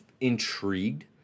intrigued